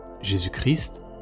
Jésus-Christ